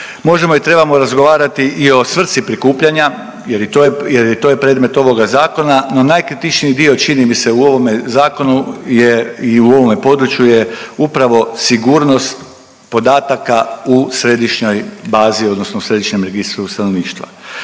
Možemo i trebamo razgovarati i o svrsi prikupljanja, jer i to je predmet ovoga zakona. No najkritičniji dio, čini mi se u ovome zakonu je i u ovome području je upravo sigurnost podataka u središnjoj bazi odnosno u središnjem registru stanovništva.